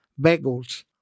bagels